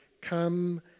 come